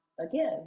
Again